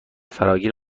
فراگیر